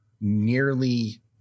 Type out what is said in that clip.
nearly